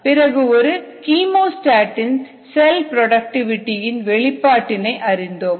பிறகு ஒரு கீமோஸ்டேட் இல் செல் புரோடக்டிவிடி இன் வெளிப்பாட்டினை அறிந்தோம்